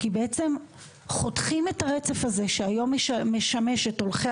כי בעצם חותכים את הרצף הזה שהיום משמש את הולכי